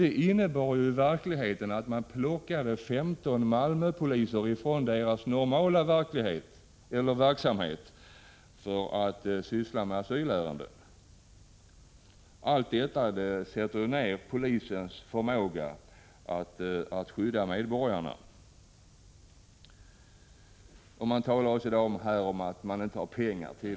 Det innebar i verkligheten att man plockade 15 Malmöpoliser från deras normala verksamhet för att syssla med asylärenden. Allt detta sätter ju ner polisens förmåga att skydda medborgarna. Man talar i dag också om att det inte finns pengar.